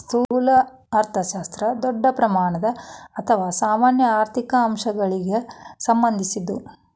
ಸ್ಥೂಲ ಅರ್ಥಶಾಸ್ತ್ರ ದೊಡ್ಡ ಪ್ರಮಾಣದ ಅಥವಾ ಸಾಮಾನ್ಯ ಆರ್ಥಿಕ ಅಂಶಗಳಿಗ ಸಂಬಂಧಿಸಿದ್ದು